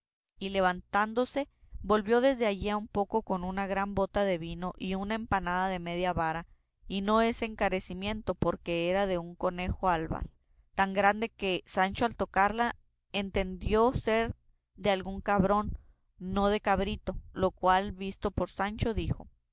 y levantándose volvió desde allí a un poco con una gran bota de vino y una empanada de media vara y no es encarecimiento porque era de un conejo albar tan grande que sancho al tocarla entendió ser de algún cabrón no que de cabrito lo cual visto por sancho dijo